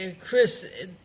Chris